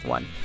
One